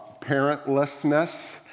parentlessness